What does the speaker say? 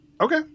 Okay